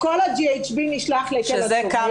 כל ה-GHB נשלח לתל השומר -- שזה כמה?